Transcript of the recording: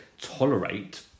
tolerate